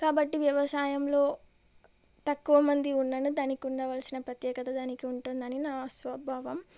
కాబట్టి వ్యవసాయంలో తక్కువ మంది ఉన్నను దానికి ఉండవలసిన ప్రత్యేకత దానికి ఉంటుంది అని నా స్వభావం